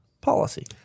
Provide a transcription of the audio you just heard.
policy